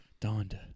Donda